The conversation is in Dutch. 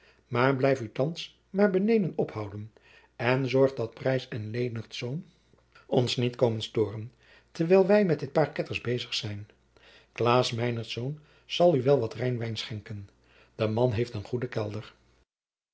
maar blijf u thands maar beneden ophouden en zorg dat preys en leendertz ons niet komen storen terwijl wij met dit paar ketters bezig zijn klaas meinertz zal u wel wat rijnwijn schenken de man heeft een goede kelder